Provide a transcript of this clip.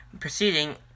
Proceeding